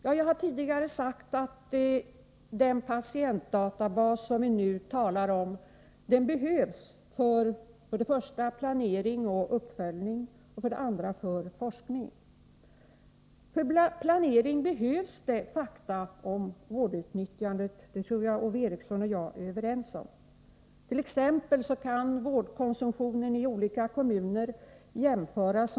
Jag har tidigare sagt att den patientdatabas som vi nu talar om behövs dels för planering och uppföljning, dels för forskning. För planering behövs det fakta om vårdutnyttjandet — det tror jag att Ove Eriksson och jag är överens om. T.ex. kan vårdkonsumtionen i olika kommuner jämföras.